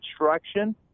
instruction